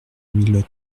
mille